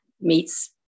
meets